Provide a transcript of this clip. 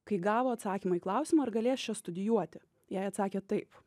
kai gavo atsakymą į klausimą ar galės čia studijuoti jai atsakė taip